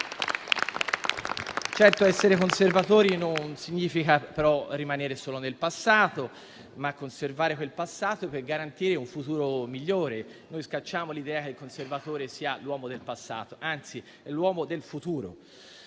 Certo, essere conservatori non significa rimanere solo nel passato, ma conservare quel passato per garantire un futuro migliore. Noi scacciamo l'idea che il conservatore sia un uomo del passato, anzi è l'uomo del futuro,